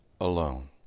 alone